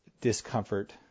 discomfort